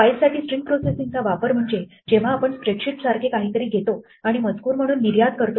file साठी string processing चा वापर म्हणजे जेव्हा आपण स्प्रेडशीट सारखे काहीतरी घेतो आणि मजकूर म्हणून निर्यात करतो